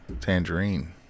Tangerine